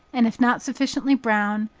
and if not sufficiently brown,